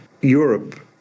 Europe